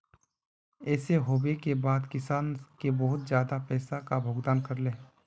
ऐसे होबे के बाद किसान के बहुत ज्यादा पैसा का भुगतान करले है?